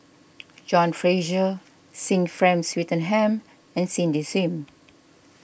John Fraser Sir Frank Swettenham and Cindy Sim